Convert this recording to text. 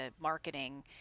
marketing